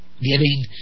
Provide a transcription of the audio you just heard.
Giving